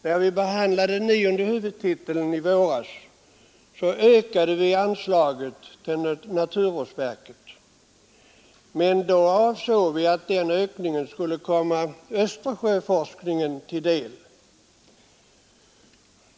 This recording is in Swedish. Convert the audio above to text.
När vi behandlade nionde huvudtiteln i våras ökade vi anslaget till naturvårdsverket, men vi avsåg att den ökningen skulle komma Östersjöforskningen till del.